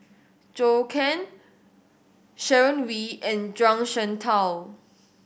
Zhou Can Sharon Wee and Zhuang Shengtao